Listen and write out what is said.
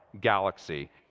galaxy